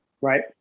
right